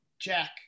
Jack